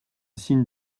signe